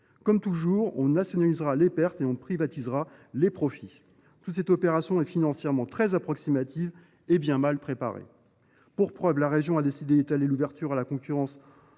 Comme toujours, on nationalisera les pertes et on privatisera les profits ! Toute cette opération est financièrement très approximative et bien mal préparée. Pour preuve, la région a décidé d’étaler l’ouverture à la concurrence